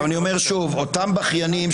אני אומר שוב: אותם בכיינים,